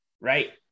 right